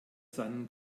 seinen